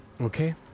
Okay